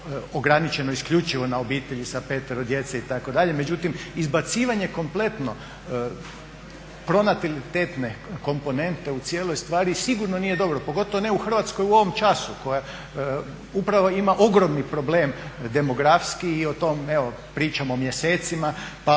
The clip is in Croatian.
ograničeno isključivo na obitelji s petero djece itd. međutim izbacivanje kompletno pronatalitetne komponente u cijeloj stvari sigurno nije dobro, pogotovo ne u Hrvatskoj u ovom času koja upravo ima ogromni problem demografski i o tom evo pričamo mjesecima pa